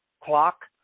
clock